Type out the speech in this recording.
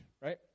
right